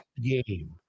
game